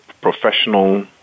professional